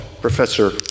professor